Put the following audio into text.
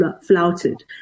flouted